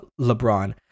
LeBron